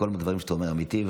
כל הדברים שאתה אומר אמיתיים.